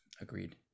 Agreed